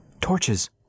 Torches